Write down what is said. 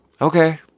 okay